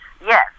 yes